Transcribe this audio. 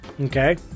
okay